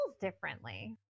differently